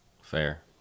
Fair